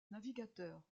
navigateur